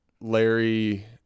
Larry